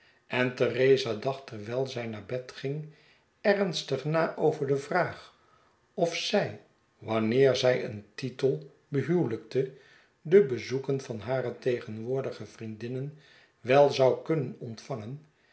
en theresa dacht terwijl zij naar bed ging ernstig na over de vraag of zij wanneer zij een titel behuwelijkte de bezoeken van hare tegenwoordige vriendinnen wel zou kunnen ontvangen